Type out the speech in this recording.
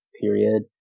period